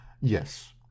Yes